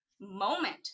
moment